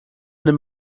nimm